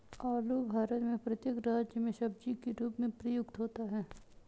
आलू भारत में प्रत्येक राज्य में सब्जी के रूप में प्रयुक्त होता है